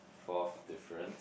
fourth difference